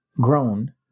grown